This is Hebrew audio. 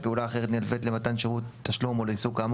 פעולה אחרת הנלווית למתן שירות תשלום או לעיסוק כאמור